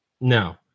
No